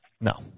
No